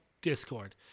Discord